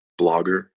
blogger